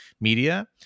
media